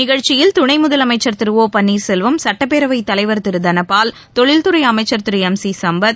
நிகழ்ச்சியில் துணை முதலமைச்சர் திரு ஒ பன்ளீர்செல்வம் சட்டப்பேரவை தலைவர் திரு தனபால் தொழில்துறை அமைச்சர் திரு எம் சி சும்பத்